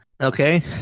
Okay